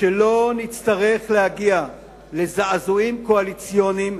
שלא נצטרך להגיע לזעזועים קואליציוניים.